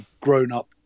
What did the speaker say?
grown-up